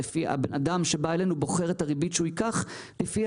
הבן-אדם שבא אלינו בוחר את הריבית שהוא ייקח לפי